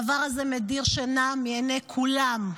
הדבר הזה מדיר שינה מעיני כולם.